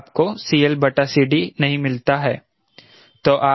तो आपको नहीं मिलता है